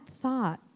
thought